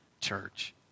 church